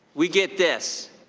we get this.